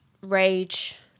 rage